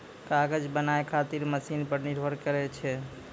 कागज बनाय खातीर मशिन पर निर्भर करै छै